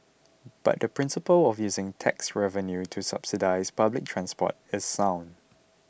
but the principle of using tax revenue to subsidise public transport is sound